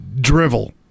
drivel